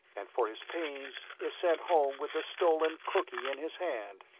and for his pains is sent home with the stolen cookie in his hand.